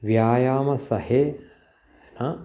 व्यायाम सहे न